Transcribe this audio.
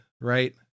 right